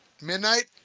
midnight